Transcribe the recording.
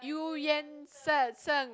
Eu Yan San Sang